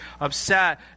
upset